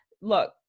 look